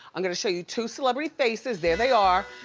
i'm gonna show you two celebrity faces. there they are.